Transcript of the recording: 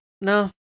No